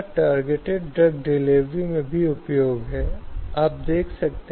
यह भी महत्वपूर्ण है कि अर्थ का दुरुपयोग होना चाहिए